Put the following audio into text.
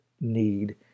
need